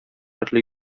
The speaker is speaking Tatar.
төрле